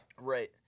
Right